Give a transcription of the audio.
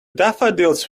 daffodils